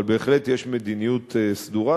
אבל בהחלט יש מדיניות סדורה,